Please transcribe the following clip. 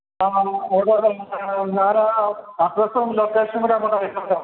ആ ഞാന് അഡ്രസ്സും ലൊക്കേഷനും കൂടെ അങ്ങോട്ട് അയച്ചേക്കാം